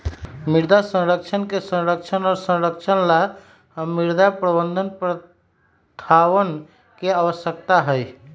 मृदा संसाधन के संरक्षण और संरक्षण ला मृदा प्रबंधन प्रथावन के आवश्यकता हई